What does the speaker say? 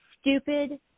stupid